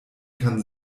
kann